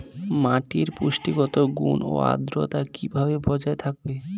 মাটির পুষ্টিগত গুণ ও আদ্রতা কিভাবে বজায় থাকবে?